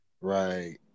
Right